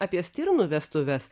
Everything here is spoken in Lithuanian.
apie stirnų vestuves